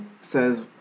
says